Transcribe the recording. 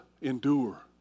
endure